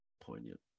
poignant